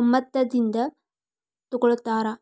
ಒಮ್ಮತದಿಂದ ತೊಗೊಳ್ತಾರಾ